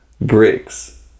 bricks